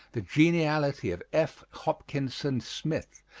the geniality of f. hopkinson smith,